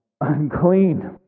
Unclean